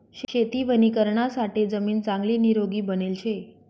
शेती वणीकरणासाठे जमीन चांगली निरोगी बनेल शे